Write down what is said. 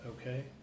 okay